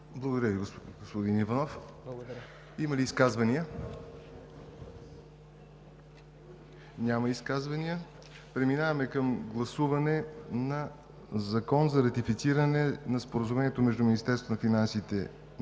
Благодаря Ви, господин Иванов. Има ли изказвания? Няма. Преминаваме към гласуване на Закон за ратифициране на Споразумението между Министерството на финансите на